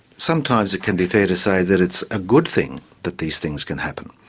sometimes it can be fair to say that it's a good thing that these things can happen.